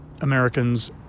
Americans